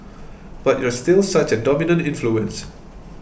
but you're still such a dominant influence